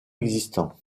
existant